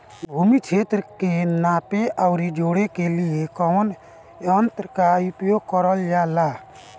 भूमि क्षेत्र के नापे आउर जोड़ने के लिए कवन तंत्र का प्रयोग करल जा ला?